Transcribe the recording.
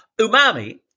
umami